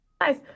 Guys